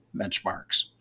benchmarks